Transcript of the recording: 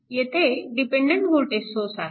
येथे dependent voltage source आहे